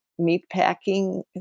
meatpacking